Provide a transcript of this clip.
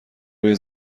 روی